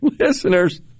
listeners